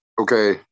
Okay